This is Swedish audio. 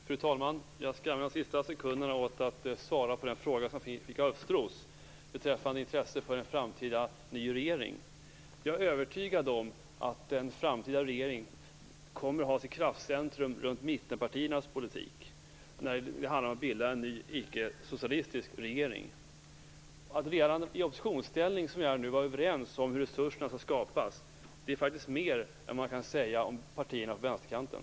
Fru talman! Jag skall använda de sista sekunderna av min taletid till att svara på den fråga som jag fick av Östros beträffande intresse för en framtida ny regering. Jag är övertygad om att en framtida ickesocialistisk regering kommer att ha sitt kraftcentrum runt mittenpartiernas politik. Att vi redan i oppositionsställning är överens om hur resurserna skall skapas är faktiskt mer än man kan säga om partierna på vänsterkanten.